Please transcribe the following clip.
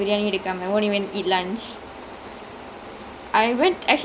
oh my god